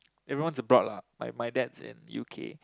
everyone's abroad lah my my dad's in U_K